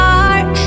heart